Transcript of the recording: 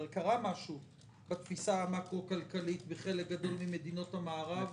הרי קרה משהו בתפיסה המקרו כלכלית בחלק גדול ממדינות המערב,